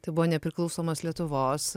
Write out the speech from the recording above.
tai buvo nepriklausomos lietuvos